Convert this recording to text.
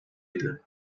idi